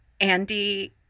Andy